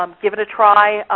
um give it a try,